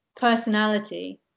personality